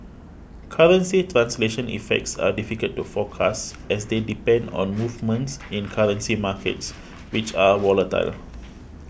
currency translation effects are difficult to forecast as they depend on movements in currency markets which are volatile